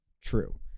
true